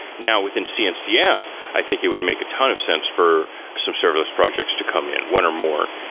now with in cncf, i think it would make a ton of sense for some serverless projects to come in, one or more.